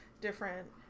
different